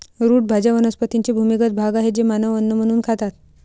route भाज्या वनस्पतींचे भूमिगत भाग आहेत जे मानव अन्न म्हणून खातात